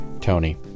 Tony